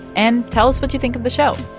and tell us what you think of the show.